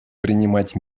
принимать